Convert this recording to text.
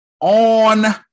on